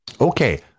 okay